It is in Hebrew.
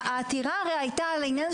העתירה הרי הייתה על העניין הזה